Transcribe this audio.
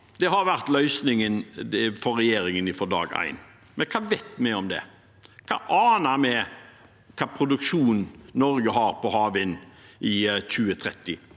det har vært løsningen for regjeringen fra dag én. Men hva vet vi om det? Hva aner vi om hvilken produksjon Norge har av havvind i 2030,